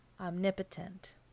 omnipotent